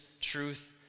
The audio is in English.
truth